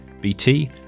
BT